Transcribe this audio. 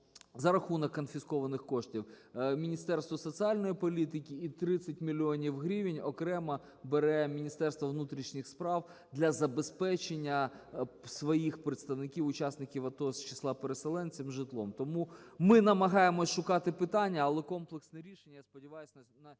за рахунок конфіскованих коштів Міністерству соціальної політики, і 30 мільйонів гривень окремо бере Міністерство внутрішніх справ для забезпечення своїх представників, учасників АТО з числа переселенців житлом. Тому ми намагаємось шукати питання, але комплексне рішення, я сподіваюсь,